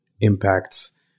impacts